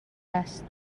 است